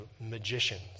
magicians